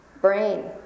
brain